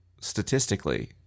statistically